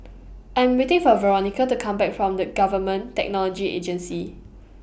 I'm waiting For Veronica to Come Back from The Government Technology Agency